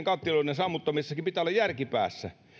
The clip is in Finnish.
kattiloiden sammuttamisessakin pitää olla järki päässä